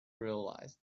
realized